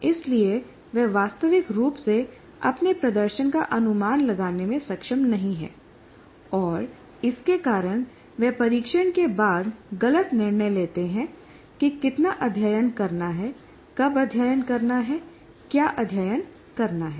इसलिए वह वास्तविक रूप से अपने प्रदर्शन का अनुमान लगाने में सक्षम नहीं है और इसके कारण वे परीक्षण के बाद गलत निर्णय लेते हैं कि कितना अध्ययन करना है कब अध्ययन करना है क्या अध्ययन करना है